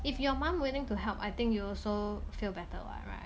if your mum willing to help I think you also feel better what right